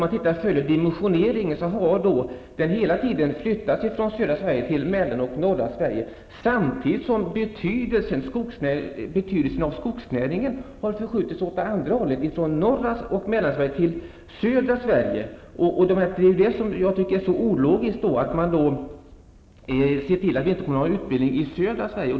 Ser på man hela dimensioneringen, finner man att utbildningen hela tiden har flyttats från södra Sverige till Mellansverige och norra Sverige, samtidigt som betydelsen av skogsnäringen har förskjutits från norra Sverige och Mellansverige till södra Sverige. Jag tycker att det är ologiskt att det då inte finns någon utbildning i södra Sverige.